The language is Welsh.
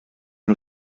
nhw